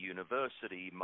University